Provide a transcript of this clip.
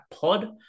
pod